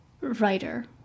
writer